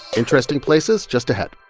interesting places just ahead